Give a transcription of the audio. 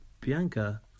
Bianca